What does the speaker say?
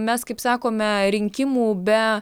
mes kaip sakome rinkimų be